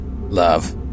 love